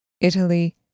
Italy